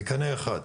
בקנה אחד,